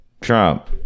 trump